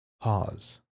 Pause